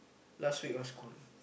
last week of school